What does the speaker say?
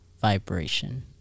vibration